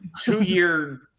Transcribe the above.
two-year